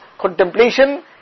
contemplation